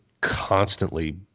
constantly